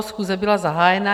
Schůze byla zahájena.